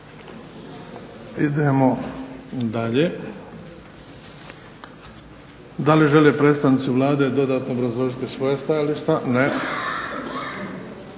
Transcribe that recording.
Idemo dalje. Da li žele predstavnici Vlade dodatno obrazložiti svoja stajališta? Ne.